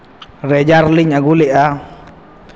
ᱨᱮᱡᱟᱨ ᱞᱤᱧ ᱟᱹᱜᱩ ᱞᱮᱫᱼᱟ